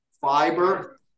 fiber